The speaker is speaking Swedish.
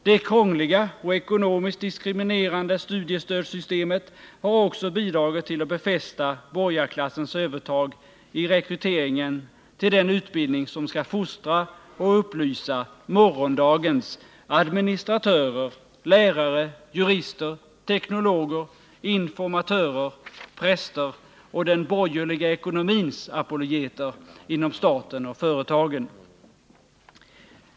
Det krångliga och ekonomiskt diskriminerande studiestödssystemet har också bidragit till att befästa borgarklassens övertag i rekryteringen till den utbildning som skall fostra och upplysa morgondagens administratörer, lärare, jurister, teknologer, informatörer, präster och den borgerliga ekonomins apologeter inom staten och företagen.